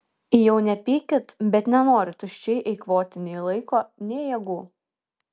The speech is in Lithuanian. jau nepykit bet nenoriu tuščiai eikvoti nei laiko nei jėgų